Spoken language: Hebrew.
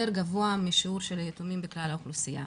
גבוה משיעור של היתומים בכלל האוכלוסייה.